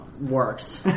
Works